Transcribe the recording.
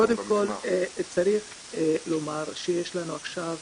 קודם כל צריך לומר שיש לנו עכשיו